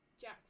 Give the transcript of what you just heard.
Jack